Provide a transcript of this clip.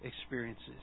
experiences